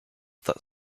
that